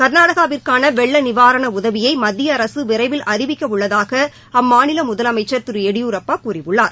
கா்நாடகாவிற்கான வெள்ள நிவாரண உதவியை மத்திய அரசு விரைவில் அறிவிக்கவுள்ளதாக அம்மாநில முதலமைச்சர் திரு எடியூரப்பா கூறியுள்ளார்